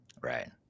Right